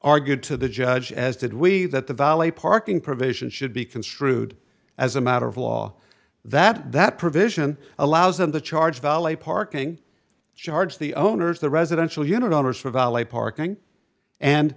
argued to the judge as did we that the valet parking provision should be construed as a matter of law that that provision allows them to charge valet parking charge the owners the residential unit owners for valet parking and